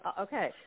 okay